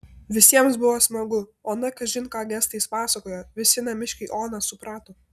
visiems buvo smagu ona kažin ką gestais pasakojo visi namiškiai oną suprato